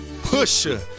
pusher